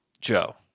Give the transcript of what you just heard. Joe